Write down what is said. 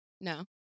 No